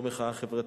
לא מחאה חברתית.